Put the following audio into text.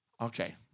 Okay